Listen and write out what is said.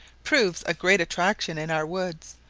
proves a great attraction in our woods,